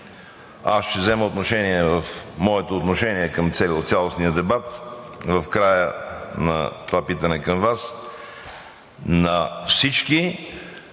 аз ще взема отношение в моето отношение от цялостния дебат в края на това питане към Вас, на всички